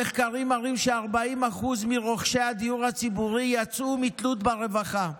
המחקרים מראים ש-40% מרוכשי הדיור הציבורי יצאו מתלות ברווחה.